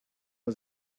was